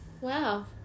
Wow